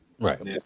Right